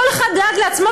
כל אחד דאג לעצמו,